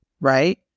Right